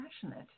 passionate